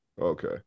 Okay